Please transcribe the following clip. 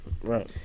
right